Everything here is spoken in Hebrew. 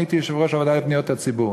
אני הייתי יושב-ראש הוועדה לפניות הציבור.